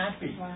happy